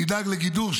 תדאג לגידור,